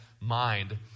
mind